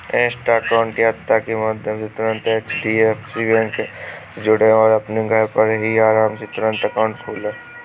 Insta account यात्रा के माध्यम से तुरंत एच.डी.एफ.सी बैंक से जुड़ें और अपने घर पर ही आराम से तुरंत अकाउंट खोले